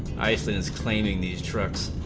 ice is claiming these trucks